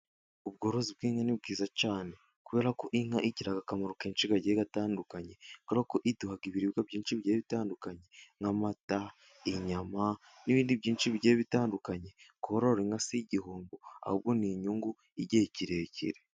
Ubworozi bw'inka ni bwiza cyane. Kubera ko inka igira akamaro kenshi kagiye gatandukanye. Kubera ko iduha ibiribwa byinshi bigiye bitandukanye nk'amata, inyama n'ibindi byinshi bigiye bitandukanye. Korora inka si igihombo, ahubwo ni inyungu y'igihe kirekire.